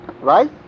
right